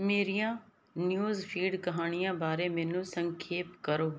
ਮੇਰੀਆਂ news feed ਕਹਾਣੀਆਂ ਬਾਰੇ ਮੈਨੂੰ ਸੰਖੇਪ ਕਰੋ